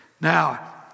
Now